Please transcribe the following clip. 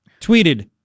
tweeted